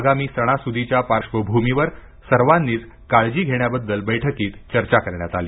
आगामी सणासुदीच्या पार्श्वभूमीवर सर्वांनीच काळजी घेण्याबद्दल बैठकीत चर्चा करण्यात आली